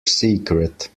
secret